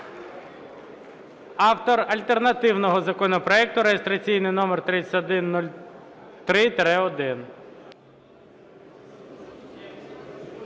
Автор альтернативного законопроекту (реєстраційний номер 3103-1).